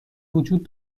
وجود